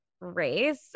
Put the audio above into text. race